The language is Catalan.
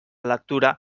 lectura